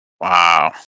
Wow